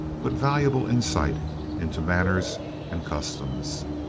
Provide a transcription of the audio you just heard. but valuable insight into manners and customs.